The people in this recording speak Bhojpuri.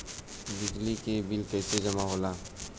बिजली के बिल कैसे जमा होला?